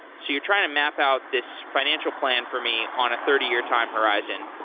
so you're trying to map out this financial plan for me on a thirty year time horizon.